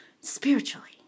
Spiritually